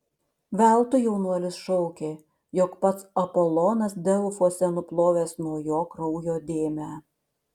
veltui jaunuolis šaukė jog pats apolonas delfuose nuplovęs nuo jo kraujo dėmę